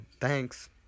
Thanks